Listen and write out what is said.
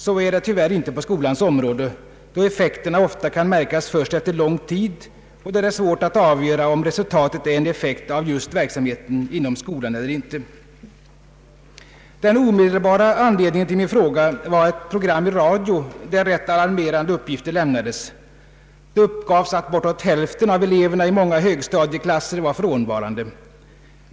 Så är det tyvärr inte på skolans område, då effekterna ofta kan märkas först efter lång tid och då det är svårt att avgöra om resultatet är en effekt av just verksamheten inom skolan eller inte. Den omedelbara anledningen till min fråga var ett program i radio där rätt alarmerande uppgifter lämnades. Det uppgavs att bortåt hälften av eleverna i många högstadieklasser var frånvarande.